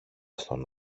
στον